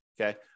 okay